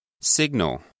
Signal